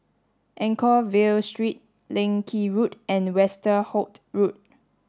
Anchorvale Street Leng Kee Road and Westerhout Road